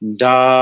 da